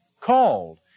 called